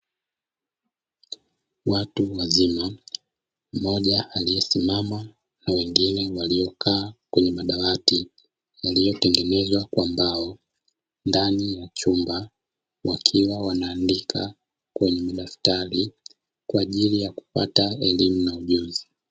Watu wazima mmoja aliyesimama na wengine waliokaa kwenye madawati yaliyotengenezwa kwa mbao ndani ya chumba wakiwa wanaandika kwenye madaftari kwa ajili ya kupata elimu na ujuzi.